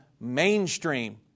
mainstream